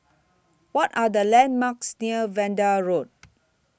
What Are The landmarks near Vanda Road